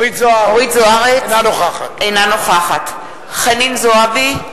אינה נוכחת חנין זועבי,